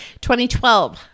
2012